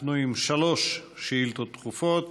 אנחנו עם שלוש שאילתות דחופות.